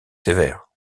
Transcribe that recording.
sévère